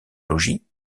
logis